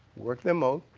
work them out,